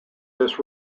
this